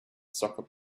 soccer